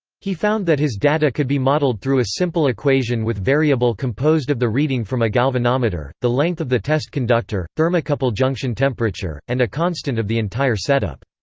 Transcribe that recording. he found that his data could be modeled through a simple equation with variable composed of the reading from a galvanometer, the length of the test conductor, thermocouple junction temperature, and a constant of the entire setup.